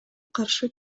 каршы